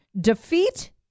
defeat